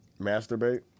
Masturbate